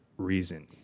reason